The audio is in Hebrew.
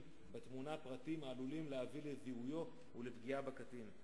בתמונה פרטים העלולים להביא לזיהויו ולפגיעה בקטין.